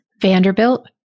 Vanderbilt